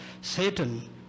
Satan